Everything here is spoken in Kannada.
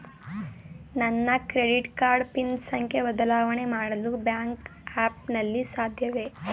ನನ್ನ ಕ್ರೆಡಿಟ್ ಕಾರ್ಡ್ ಪಿನ್ ಸಂಖ್ಯೆ ಬದಲಾವಣೆ ಮಾಡಲು ಬ್ಯಾಂಕ್ ಆ್ಯಪ್ ನಲ್ಲಿ ಸಾಧ್ಯವೇ?